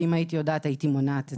כי אם הייתי יודעת הייתי מונעת את זה.